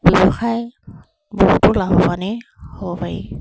ব্যৱসায় বহুতো লাভৱানে হ'ব পাৰি